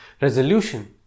resolution